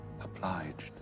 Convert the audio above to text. obliged